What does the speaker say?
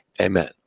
Amen